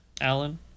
Alan